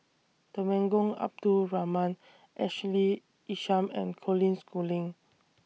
Temenggong Abdul Rahman Ashley Isham and Colin Schooling